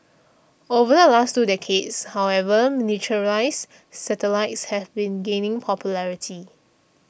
over the last two decades however miniaturised satellites have been gaining popularity